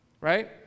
right